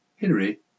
Henry